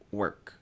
work